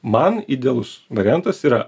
man idealus variantas yra